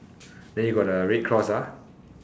then you got the red cross ah